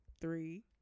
three